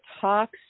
talks